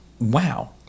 Wow